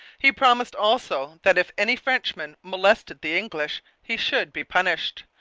he promised also that if any frenchman molested the english, he should be punished,